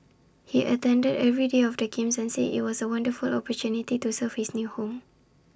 he attended every day of the games and said IT was A wonderful opportunity to serve his new home